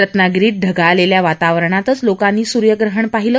रत्नागिरीत ढगाळलेल्या वातावरणातच लोकांनी सूर्यग्रहण पाहिलं